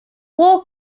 war